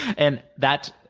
and that,